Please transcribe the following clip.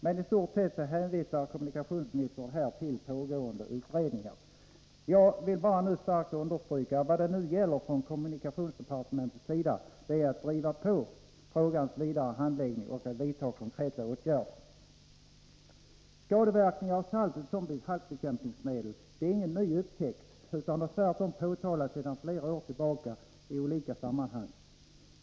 Men i stort sett hänvisar kommunikationsministern till pågående utredningar. Jag vill nu bara starkt understryka att det gäller för kommunikationsdepar tementet att driva på frågans vidare handläggning och att vidta konkreta åtgärder. Att saltet som halkbekämpningsmedel har skadeverkningar är ingen ny upptäckt, utan detta har tvärtom påpekats sedan flera år tillbaka i olika sammanhang.